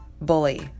bully